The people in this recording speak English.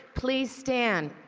please stand.